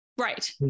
Right